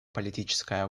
политическая